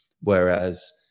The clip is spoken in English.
whereas